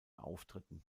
auftritten